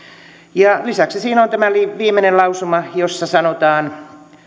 ja lisäksi siinä on tämä viimeinen lausuma jossa sanotaan